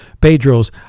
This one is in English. Pedro's